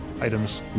items